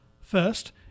First